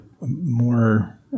more